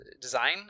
design